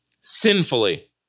sinfully